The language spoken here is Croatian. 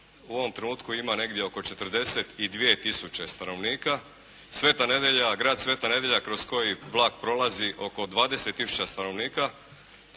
u ovom trenutku ima oko 42 tisuće stanovnika. Sveta Nedjelja, grad Sveta Nedjelja kroz koji vlak prolazi oko 20 tisuća stanovnika.